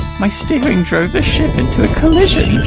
my steering drove the ship into a collision!